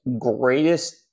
greatest